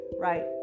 right